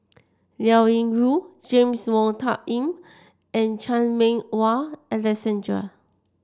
Liao Yingru James Wong Tuck Yim and Chan Meng Wah Alexander